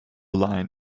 line